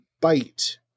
bite